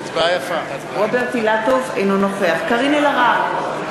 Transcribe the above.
אינו נוכח קארין אלהרר,